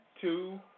two